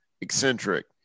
eccentric